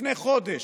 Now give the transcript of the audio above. לפני חודש,